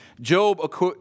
Job